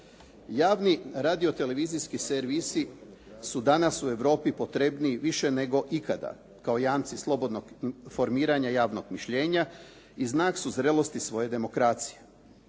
Javni radiotelevizijski servisi su danas u Europi potrebniji više nego ikada kao jamci slobodnog formiranja javnog mišljenja i znak su zrelosti svoje demokracije.